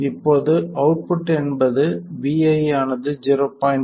இப்போது அவுட்புட் என்பது vi ஆனது 0